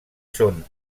són